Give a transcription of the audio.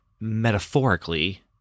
metaphorically